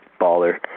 baller